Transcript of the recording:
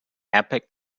epic